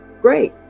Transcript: Great